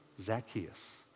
Zacchaeus